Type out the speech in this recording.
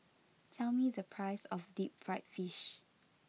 tell me the price of Deep Fried Fish